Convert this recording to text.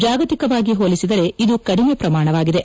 ಜಾಗತಿಕವಾಗಿ ಹೋಲಿಸಿದರೆ ಇದು ಕಡಿಮೆ ಪ್ರಮಾಣವಾಗಿದೆ